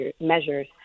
measures